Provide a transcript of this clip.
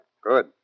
Good